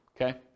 Okay